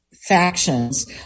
Factions